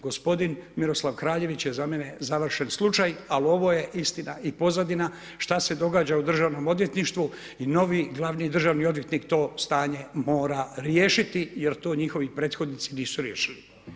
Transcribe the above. Gospodin Miroslav Kraljević je za mene završen slučaj, ali ovo je istina i pozadina što se događa u državnom odvjetništvu i novi glavni državni odvjetnik to stanje mora riješiti jer to njihovi prethodnici nisu riješili.